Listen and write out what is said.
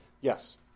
Yes